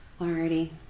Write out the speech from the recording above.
Alrighty